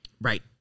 Right